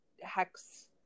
hex